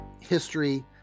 history